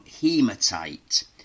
Hematite